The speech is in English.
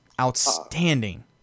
outstanding